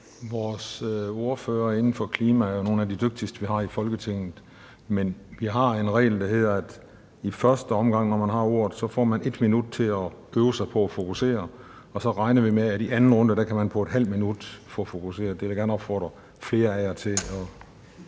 Vores ordførere inden for klima er jo nogle af de dygtigste, vi har i Folketinget, men vi har en regel, der hedder, at man i første omgang, når man har ordet, får 1 minut til at øve sig på at fokusere, og så regner vi med, at man i anden runde kan få fokuseret på ½ minut. Det vil jeg gerne opfordre flere af jer til